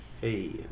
Hey